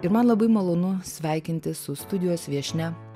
ir man labai malonu sveikintis su studijos viešnia